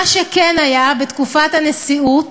מה שכן היה בתקופת הבחירות לנשיאות,